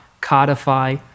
codify